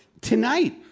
Tonight